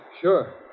Sure